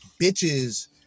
bitches